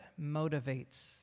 motivates